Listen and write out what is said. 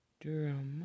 Durham